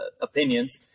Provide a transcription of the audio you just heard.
opinions